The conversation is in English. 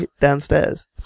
downstairs